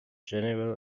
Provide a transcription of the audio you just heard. general